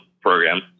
program